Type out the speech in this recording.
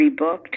rebooked